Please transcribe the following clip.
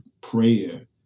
prayer